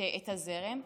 את הזרם,